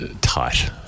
tight